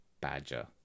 Badger